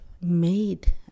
made